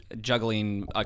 juggling